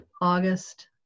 August